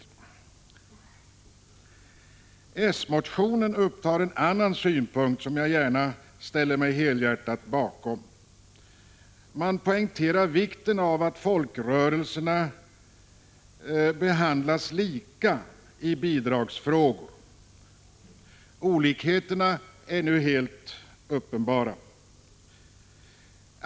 I den socialdemokratiska motionen tas det upp en annan synpunkt som jag helhjärtat ställer mig bakom. Man poängterar vikten av att folkrörelserna behandlas lika i bidragsfrågor. Olikheterna är nu helt uppenbara.